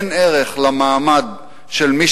אין ערך למעמד של מי